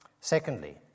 Secondly